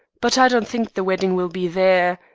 but i don't think the wedding will be there.